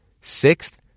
sixth